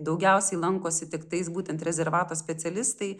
daugiausiai lankosi tiktais būtent rezervato specialistai